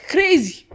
Crazy